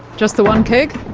just the one keg?